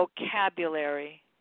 vocabulary